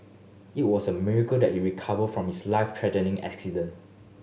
it was a miracle that he recovered from his life threatening accident